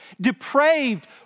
depraved